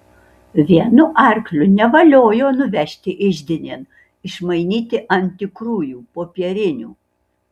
vienu arkliu nevaliojo nuvežti iždinėn išmainyti ant tikrųjų popierinių